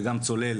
וגם צולל